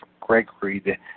Gregory